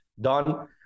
done